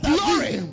Glory